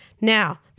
Now